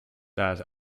that